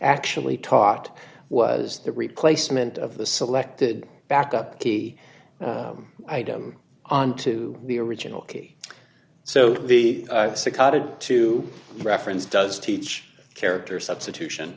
actually taught was the replacement of the selected backup key item onto the original key so the two reference does teach character substitution